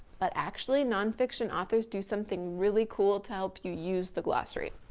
but actually, non-fiction authors do something really cool to help you use the glossary.